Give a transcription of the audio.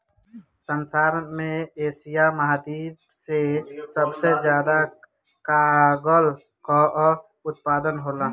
संसार में एशिया महाद्वीप से सबसे ज्यादा कागल कअ उत्पादन होला